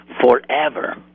forever